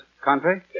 Country